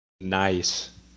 Nice